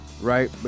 right